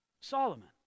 Solomon